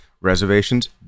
Reservations